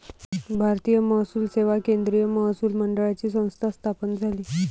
भारतीय महसूल सेवा केंद्रीय महसूल मंडळाची संस्था स्थापन झाली